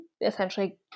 essentially